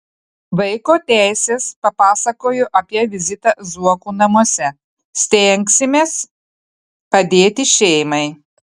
vaiko teisės papasakojo apie vizitą zuokų namuose stengsimės padėti šeimai